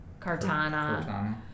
Cartana